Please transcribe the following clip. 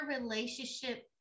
relationship